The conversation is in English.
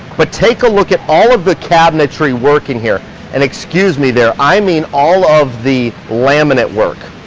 but take a look at all of the cabinetry working here and excuse me there, i mean, all of the laminate work.